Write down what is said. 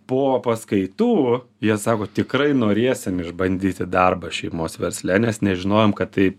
po paskaitų jie sako tikrai norėsim išbandyti darbą šeimos versle nes nežinojom kad tai